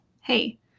Hey